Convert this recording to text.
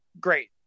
great